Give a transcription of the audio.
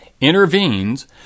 intervenes